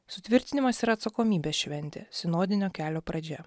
sutvirtinimas yra atsakomybės šventė sinodinio kelio pradžia